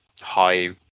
high